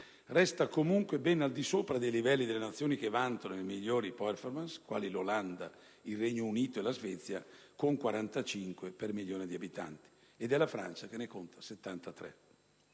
resta comunque ben al di sopra dei livelli delle Nazioni che vantano le migliori *performance*, quali Olanda, Regno Unito e Svezia, con 45-50 decessi per milione di abitanti, e della Francia, che ne conta 73.